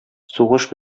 сугыш